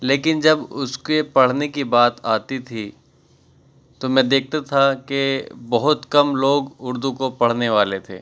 لیکن جب اس کے پڑھنے کی بات آتی تھی تو میں دیکھتا تھا کہ بہت کم لوگ اردو کو پڑھنے والے تھے